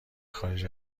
خارج